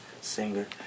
singer